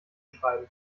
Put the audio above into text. schreiben